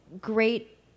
great